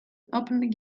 opened